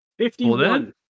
51